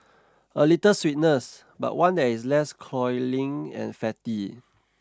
a little sweetness but one that is less cloying and fatty